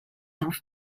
temps